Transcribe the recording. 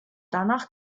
danach